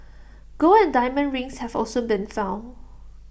gold and diamond rings have also been found